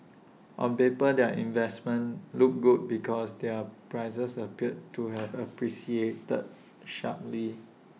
on paper their investments look good because their prices appeared to have appreciated sharply